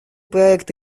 проект